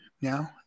now